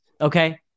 Okay